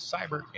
Cyber